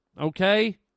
okay